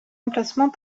emplacement